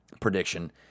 prediction